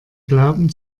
glauben